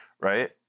right